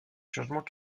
changement